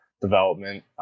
development